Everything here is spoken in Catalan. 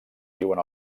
viuen